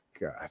God